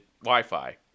Wi-Fi